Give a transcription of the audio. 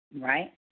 Right